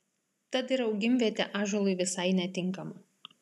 tad ir augimvietė ąžuolui visai netinkama